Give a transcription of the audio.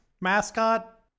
mascot